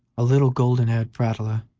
a little, golden-haired prattler,